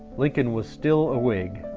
lincoln was still a whig,